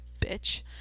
bitch